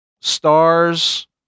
stars